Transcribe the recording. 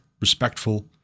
respectful